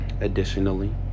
Additionally